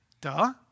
duh